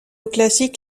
classique